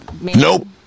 Nope